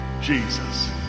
Jesus